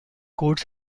courts